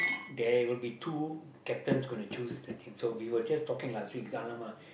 there will be two captains going to choose the team so we were just talking lah so week's !alamak!